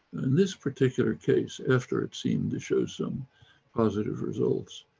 in this particular case, after it seemed to show some positive results,